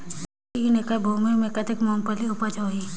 तीन एकड़ भूमि मे कतेक मुंगफली उपज होही?